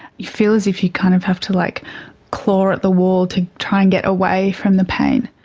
you feel as if you kind of have to like claw at the wall to try and get away from the pain.